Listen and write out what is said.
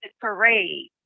Parade